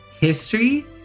history